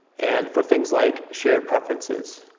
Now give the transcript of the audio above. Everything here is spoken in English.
and for things like shared preferences,